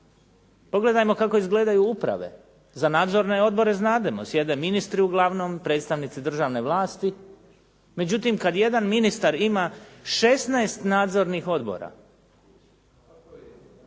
Pogledajmo kako izgledaju uprave. Za nadzorne odbore znademo, sjede ministri uglavnom, predstavnici državne vlasti. Međutim, kad jedan ministar ima 16 nadzornih odbora,